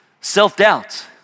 self-doubt